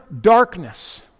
darkness